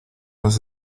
los